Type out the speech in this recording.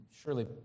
surely